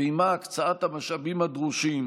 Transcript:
ועימה הקצאת המשאבים הדרושים,